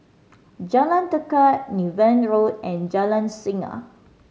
Jalan Tekad Niven Road and Jalan Singa